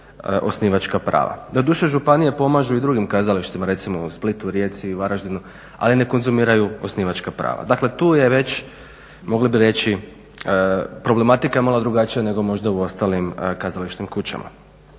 osnivačka prava. Doduše, županije pomažu i drugim kazalištima, recimo u Splitu, u Rijeci, u Varaždinu, ali ne konzumiraju osnivačka prava. Dakle, tu je već, mogli bi reći problematika malo drugačija nego možda u ostalim kazališnim kućama.